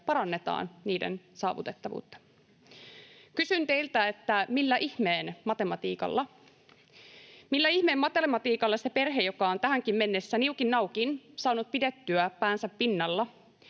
parannetaan niiden saavutettavuutta. Kysyn teiltä, että millä ihmeen matematiikalla. Millä ihmeen matematiikalla se perhe, joka on tähänkin mennessä niukin naukin saanut pidettyä päänsä pinnalla,